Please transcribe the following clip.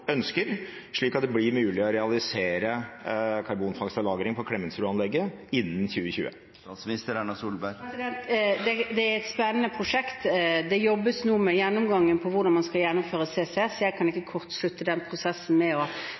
ønsker, slik at det blir mulig å realisere karbonfangst og -lagring på Klemetsrud-anlegget innen 2020? Det er et spennende prosjekt. Det jobbes nå med gjennomgangen av hvordan man skal gjennomføre CCS. Jeg kan ikke kortslutte den prosessen med å